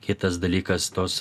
kitas dalykas tos